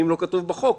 ואם לא כתוב בחוק,